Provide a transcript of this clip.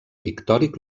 pictòric